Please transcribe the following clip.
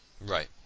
Right